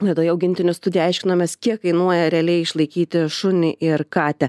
laidoje augintinių studija aiškinomės kiek kainuoja realiai išlaikyti šunį ir katę